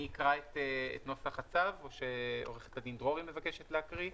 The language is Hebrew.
אני אקרא את נוסח הצו או עורכת הדין דרורי מבקשת להקריא?